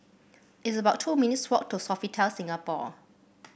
it's about two minutes' walk to Sofitel Singapore